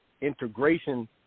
integration